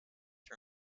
for